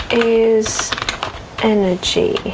is energy?